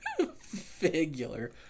figular